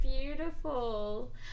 beautiful